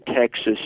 Texas